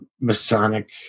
masonic